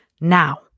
now